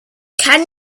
can